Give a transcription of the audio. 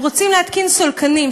הם רוצים להתקין סולקנים,